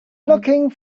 looking